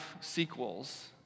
sequels